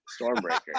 Stormbreaker